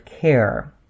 care